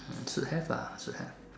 hmm should have ah should have